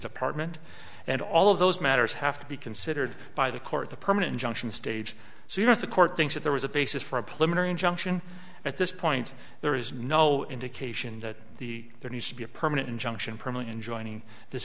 department and all of those matters have to be considered by the court the permanent injunction stage so you know if the court thinks that there was a basis for a plenary injunction at this point there is no indication that the there needs to be a permanent injunction perma in joining this